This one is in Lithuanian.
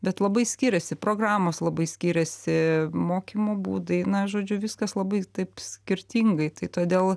bet labai skiriasi programos labai skiriasi mokymo būdai na žodžiu viskas labai taip skirtingai tai todėl